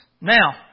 Now